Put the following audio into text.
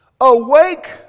awake